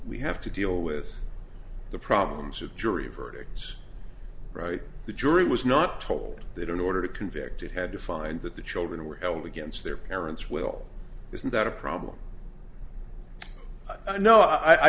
we have to deal with the problems of jury verdicts right the jury was not told that in order to convict it had to find that the children were held against their parents will isn't that a problem no i